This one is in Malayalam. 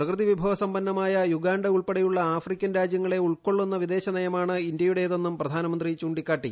പ്രകൃതി വിഭവ സമ്പന്നമായ യുഗാണ്ട ഉൾപ്പെടെയുള്ള ആഫ്രിക്കൻ രാജ്യങ്ങളെ ഉൾക്കൊള്ളുന്ന വിദേശനയമാണ് ഇന്തൃയുടേതെന്നും പ്രധാനമന്ത്രി ചൂണ്ടിക്കാട്ടി